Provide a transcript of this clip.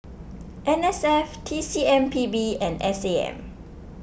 N S F T C M P B and S A M